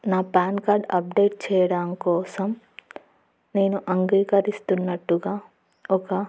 నా PAN card update చేయడం కోసం నేను అంగీకరిస్తున్నట్టుగా ఒక